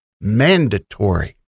mandatory